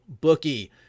bookie